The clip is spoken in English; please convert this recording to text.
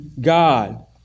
God